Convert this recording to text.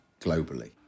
globally